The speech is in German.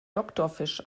doktorfisch